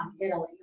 Italy